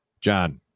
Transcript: John